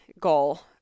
goal